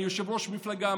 אני יושב-ראש מפלגה,